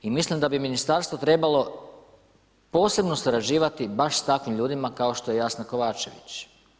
I mislim da bi ministarstvo trebalo posebno surađivati baš s takvim ljudima kao što je Jasna Kovačević.